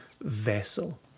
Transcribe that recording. vessel